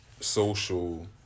Social